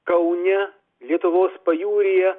kaune lietuvos pajūryje